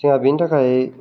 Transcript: जोंहा बेनि थाखाय